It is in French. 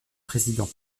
président